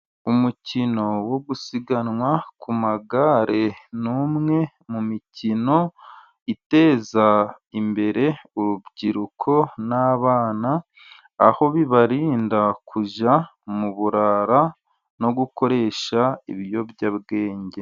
Umukino wo gusiganwa ku magare nimwe mu mikino iteza imbere urubyiruko n'abana, aho bibarinda kujya mu burara no gukoresha ibiyobyabwenge.